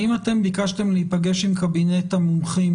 האם אתם ביקשתם להיפגש עם קבינט המומחים